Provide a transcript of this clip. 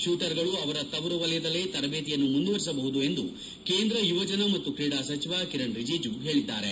ಶೂಟರ್ಗಳು ಅವರ ತವರು ವಲಯದಲ್ಲೇ ತರಬೇತಿಯನ್ನು ಮುಂದುವರಿಸಬಹುದು ಎಂದು ಕೇಂದ್ರ ಯುವಜನ ಮತ್ತು ಕ್ರೀಡಾ ಸಚಿವ ಕಿರಣ್ ರಿಜಿಜು ಹೇಳಿದ್ದಾರೆ